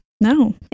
No